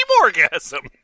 orgasm